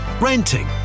renting